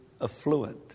affluent